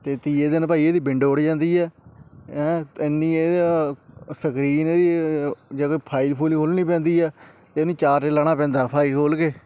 ਅਤੇ ਤੀਜੇ ਦਿਨ ਭਾਅ ਜੀ ਇਹਦੀ ਵਿੰਡੋ ਉੜ ਜਾਂਦੀ ਹੈ ਐਂ ਇੰਨੀ ਇਹ ਸਕਰੀਨ ਇਹਦੀ ਜੇ ਕੋਈ ਫਾਈਲ ਫੂਈਲ ਖੋਲਣੀ ਪੈਂਦੀ ਆ ਅਤੇ ਇਹਨੂੰ ਚਾਰਜ ਲਗਾਉਣਾ ਪੈਂਦਾ ਫਾਈਲ ਖੋਲ੍ ਕੇ